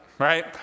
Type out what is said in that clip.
right